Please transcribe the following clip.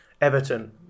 Everton